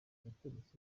yatorotse